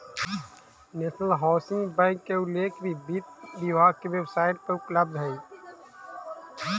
national housing bank के उल्लेख भी वित्त विभाग के वेबसाइट पर उपलब्ध हइ